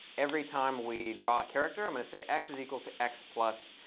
every time we draw a character, i'm going to say x is equal to x plus,